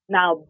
now